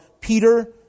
Peter